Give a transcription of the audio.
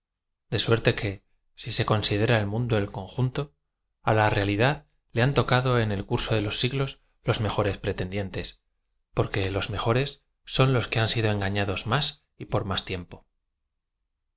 de suerte que si se conside ra el mundo en conjunto á la realidad le han tocado en el curso de los siglos los mejores pretendientes porque los mejores son los que han sido eagafiados más y por más tiempo